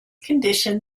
condition